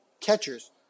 catchers